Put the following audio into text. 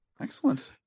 Excellent